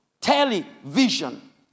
television